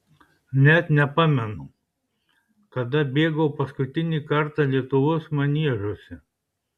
net nepamenu kada bėgau paskutinį kartą lietuvos maniežuose